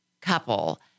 couple